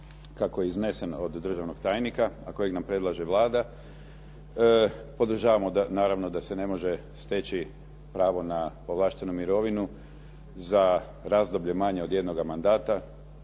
kako je iznesen od državnog tajnika a kojeg nam predlaže Vlada. Podržavamo naravno da se ne može steći pravo na povlaštenu mirovinu za razdoblje manje od jednoga mandata.